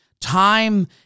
Time